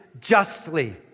justly